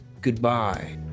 Goodbye